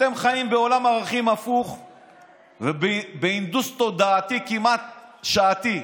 אתם חיים בעולם ערכים הפוך ובהנדוס תודעתי כמעט שעתי,